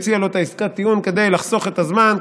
יציע לו את עסקת הטיעון כדי לחסוך את הזמן,